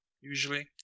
usually